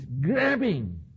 grabbing